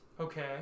Okay